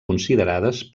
considerades